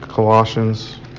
Colossians